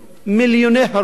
מיליוני הרוגים,